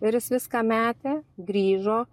ir jis viską metė grįžo